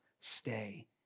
Stay